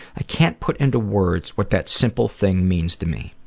i can't put into words what that simple thing means to me.